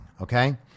okay